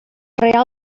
real